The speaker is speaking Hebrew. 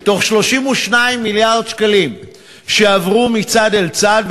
מ-32 מיליארד שקלים שעברו מצד אל צד,